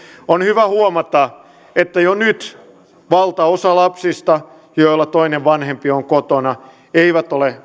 on hyvä huomata että jo nyt valtaosa lapsista joilla toinen vanhempi on kotona eivät ole